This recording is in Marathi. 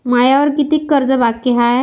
मायावर कितीक कर्ज बाकी हाय?